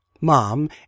mom